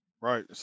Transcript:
Right